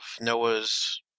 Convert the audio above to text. Noah's